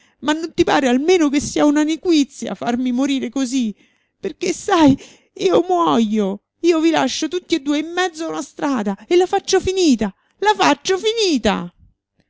ma non ti pare almeno che sia una nequizia farmi morire così perché sai io muojo io vi lascio tutti e due in mezzo a una strada e la faccio finita la faccio finita